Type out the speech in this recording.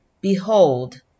Behold